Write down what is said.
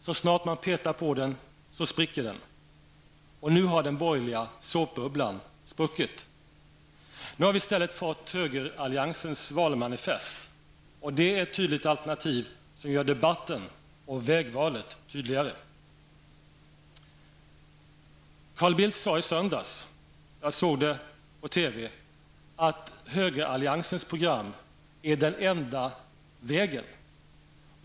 Så snart någon petar på den spricker den. Nu har den borgerliga såpbubblan spruckit. Nu har vi i stället fått högeralliansens valmanifest. Det innehåller ett tydligt alternativ, som bör göra debatten och vägvalet tydligare. Carl Bildt sade i söndags -- jag såg det på TV -- att högeralliansens program är den enda vägen.